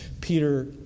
Peter